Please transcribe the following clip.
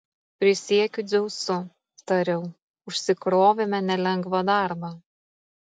prisiekiu dzeusu tariau užsikrovėme nelengvą darbą